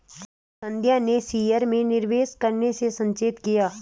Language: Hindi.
संध्या ने शेयर में निवेश करने से सचेत किया